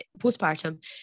postpartum